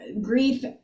grief